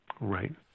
Right